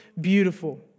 beautiful